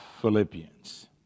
Philippians